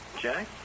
Jack